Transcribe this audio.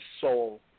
soul